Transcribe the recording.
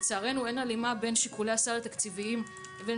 לצערנו אין הלימה בין שיקולי הסל התקציביים לבין